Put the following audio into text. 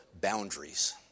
boundaries